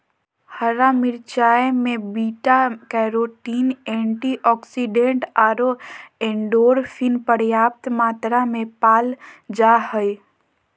हरा मिरचाय में बीटा कैरोटीन, एंटीऑक्सीडेंट आरो एंडोर्फिन पर्याप्त मात्रा में पाल जा हइ